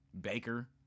Baker